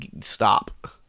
stop